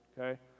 okay